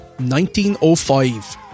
1905